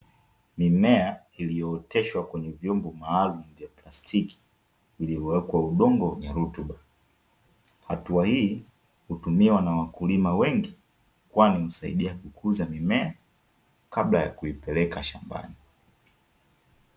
Mimea iliyooteshwa kwenye vyombo maalumu vya plastiki iliyowekwa udongo wenye rutuba. Hatua hii hutumiwa na wakulima wengi kwani husaidia kukuza mimea kabla ya kuipeleka shambani.